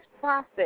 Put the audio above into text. process